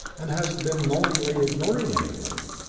and hasn't been knowingly ignoring anybody.